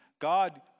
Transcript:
God